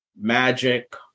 magic